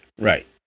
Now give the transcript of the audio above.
Right